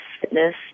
fitness